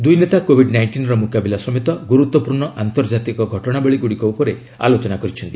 ଦୁଇ ନେତା କୋବିଡ୍ ନାଇଷ୍ଟିନ୍ର ମୁକାବିଲା ସମେତ ଗୁରୁତ୍ୱପୂର୍ଣ୍ଣ ଆନ୍ତର୍ଜାତିକ ଘଟଣାବଳୀ ଗୁଡ଼ିକ ଉପରେ ଆଲୋଚନା କରିଛନ୍ତି